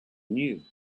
knew